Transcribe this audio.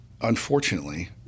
unfortunately